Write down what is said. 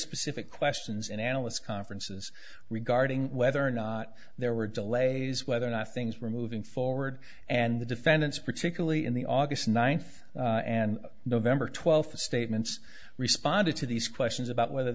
specific questions and analysts conferences regarding whether or not there were delays whether or not things were moving forward and the defendants particularly in the august ninth and november twelfth statements responded to these questions about whether